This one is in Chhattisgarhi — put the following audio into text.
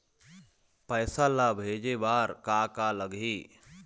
पैसा ला भेजे बार का का लगही?